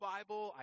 Bible